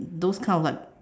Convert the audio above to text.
those kind of like